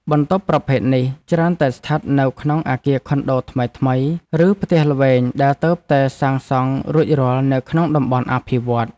បន្ទប់ប្រភេទនេះច្រើនតែស្ថិតនៅក្នុងអគារខុនដូថ្មីៗឬផ្ទះល្វែងដែលទើបតែសាងសង់រួចរាល់នៅក្នុងតំបន់អភិវឌ្ឍន៍។